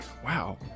wow